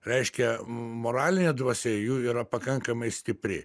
reiškia moralinė dvasia jų yra pakankamai stipri